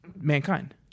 mankind